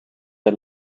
der